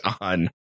on